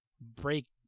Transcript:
break